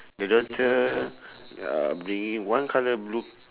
the daughter uh bringing one colour blue